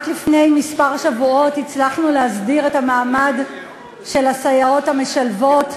רק לפני כמה שבועות הצלחנו להסדיר את המעמד של הסייעות המשלבות.